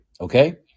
Okay